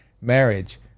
marriage